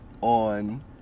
on